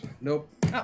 Nope